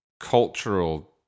cultural